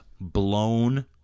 blown